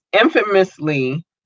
infamously